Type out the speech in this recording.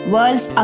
World's